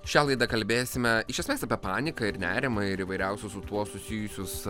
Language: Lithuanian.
šia laida kalbėsime iš esmės apie paniką ir nerimą ir įvairiausius su tuo susijusius